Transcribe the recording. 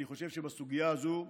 אני חושב שבסוגיה הזו,